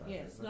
Yes